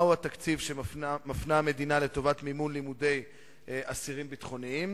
מה הוא התקציב שמפנה המדינה לטובת מימון לימודי אסירים ביטחוניים?